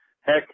Heck